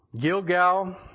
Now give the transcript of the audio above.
Gilgal